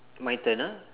my turn ah